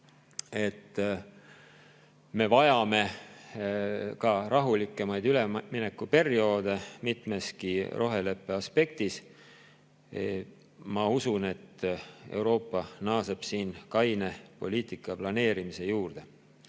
me vajame ka rahulikumaid üleminekuperioode mitmeski roheleppe aspektis. Ma usun, et Euroopa naaseb siin kaine poliitikaplaneerimise juurde.